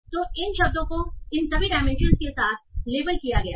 तो इन शब्दों को इन सभी डायमेंशनस के साथ लेबल किया गया है